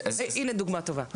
הנה, דוגמא טובה.